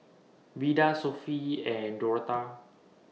Vida Sophie and Dorotha